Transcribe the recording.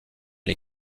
les